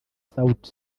sauti